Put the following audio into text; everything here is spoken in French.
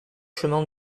chemin